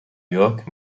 york